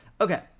Okay